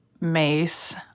mace